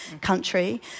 country